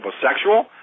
homosexual